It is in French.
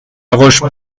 roche